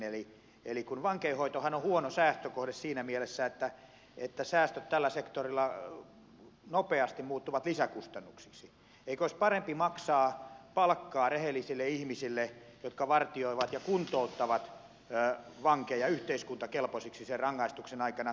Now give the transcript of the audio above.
eli kun vankeinhoitohan on huono säästökohde siinä mielessä että säästöt tällä sektorilla nopeasti muuttuvat lisäkustannuksiksi eikö olisi parempi maksaa palkkaa rehellisille ihmisille jotka vartioivat ja kuntouttavat vankeja yhteiskuntakelpoisiksi sen rangaistuksen aikana